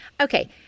okay